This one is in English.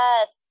yes